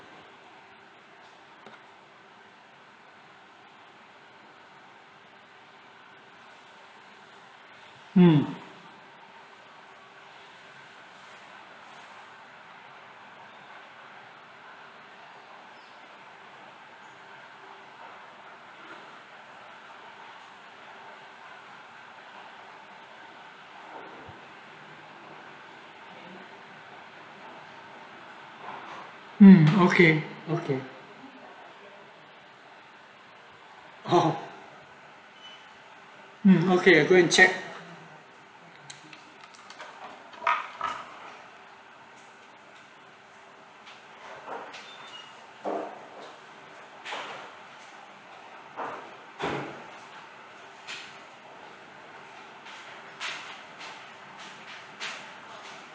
mm mm okay okay mm okay i go and check